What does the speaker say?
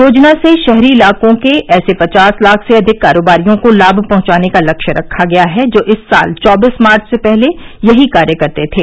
योजना से शहरी इलाकों के ऐसे पचास लाख से अधिक कारोबारियों को लाभ पहुंचाने का लक्ष्य रखा गया है जो इस साल चौबीस मार्च से पहले यही कार्य करते थे